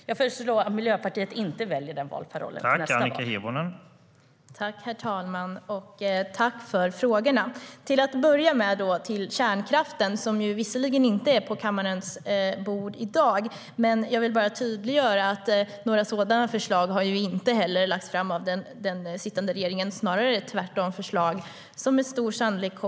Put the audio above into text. Jag föreslår att Miljöpartiet inte väljer den valparollen nästa val.